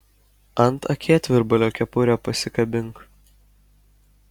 ant akėtvirbalio kepurę pasikabink